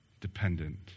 dependent